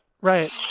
Right